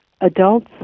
adults